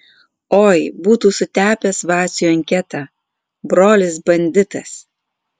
oi būtų sutepęs vaciui anketą brolis banditas